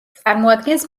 წარმოადგენს